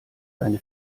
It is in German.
deine